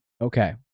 Okay